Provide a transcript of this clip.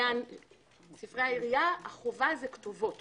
ספרי העירייה, חובה זה כתובות